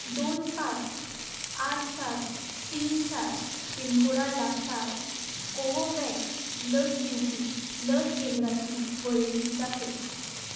दोन पांच आठ सात तीन चार पीन कोडा लागसार कोवोव्हॅक्स लस दिवपी लस केंद्राची वळेरी दाखय